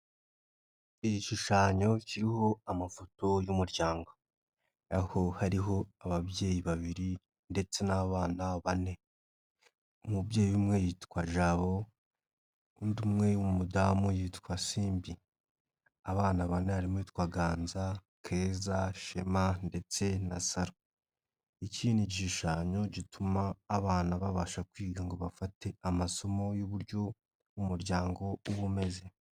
Igishushanyo kiriho amafoto y'umuryango aho hariho ababyeyi babiri ndetse n'abana bane, umubyeyi umwe yitwa Jabo undi umwe w'umudamu yitwa Simbi, abana bane harimo uwitwa Ganza, Keza, Shema ndetse na Saro, iki gishushanyo gituma abana babasha kwiga ngo bafate amasomo y'uburyo umuryango uba umeze.